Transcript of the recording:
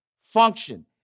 function